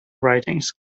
writings